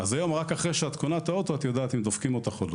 אז היום רק אחרי קניית האוטו את יודעת אם דופקים אותך או לא,